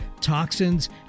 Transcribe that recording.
toxins